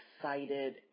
excited